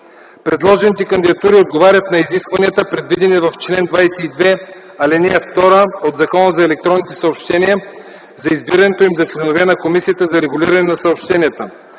Предложените кандидатури отговарят на изискванията, предвидени в чл. 22, ал. 2 от Закона за електронните съобщения за избирането им за членове на Комисията за регулиране на съобщенията.